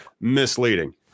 misleading